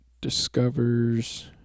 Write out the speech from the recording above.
discovers